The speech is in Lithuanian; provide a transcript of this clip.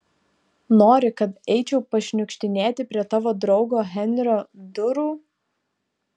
nori kad eičiau pašniukštinėti prie tavo draugo henrio durų